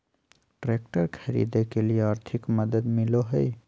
Tractor खरीदे के लिए आर्थिक मदद मिलो है?